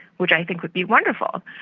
which i think would be wonderful.